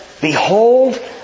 Behold